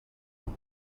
amb